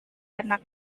anak